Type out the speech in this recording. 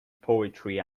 poetry